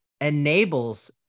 enables